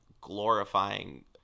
glorifying